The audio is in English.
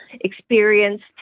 experienced